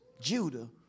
Judah